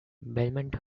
belmont